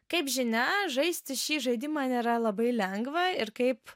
kaip žinia žaisti šį žaidimą nėra labai lengva ir kaip